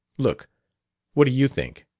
look what do you think?